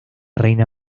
reina